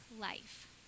life